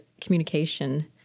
communication